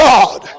God